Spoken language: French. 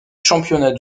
championnats